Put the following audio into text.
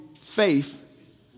faith